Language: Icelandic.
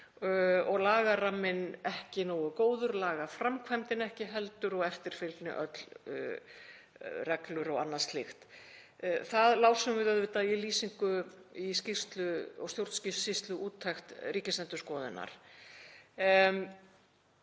og lagaramminn ekki nógu góður, lagaframkvæmdin ekki heldur og eftirfylgni öll, reglur og annað slíkt. Það lásum við auðvitað í lýsingu í skýrslu og stjórnsýsluúttekt Ríkisendurskoðunar.